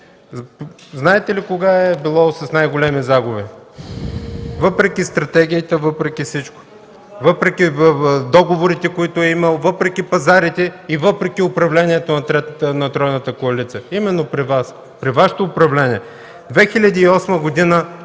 Знаете ли кога е било с най-големи загуби, въпреки стратегията, въпреки всичко, въпреки договорите, които е имало, въпреки пазарите и въпреки управлението на тройната коалиция? Именно при Вас, при Вашето управление! През 2008 г.